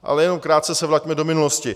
Ale jenom krátce se vraťme do minulosti.